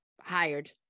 hired